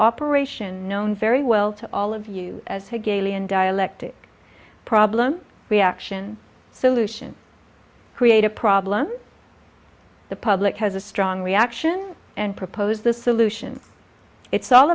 operation known very well to all of you as he gaily and dialectic problem reaction so lucian create a problem the public has a strong reaction and propose the solutions it's all